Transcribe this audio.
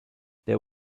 there